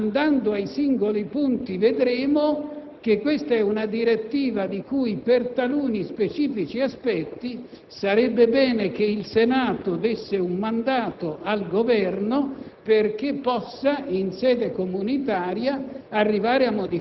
non è quello di non consentirci deportazioni di massa, perché questo non è un difetto. I difetti della direttiva, e ci arriverò rapidamente, sono in realtà altri perché,